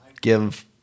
give